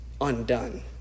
undone